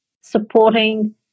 supporting